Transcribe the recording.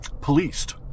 policed